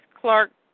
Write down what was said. Clark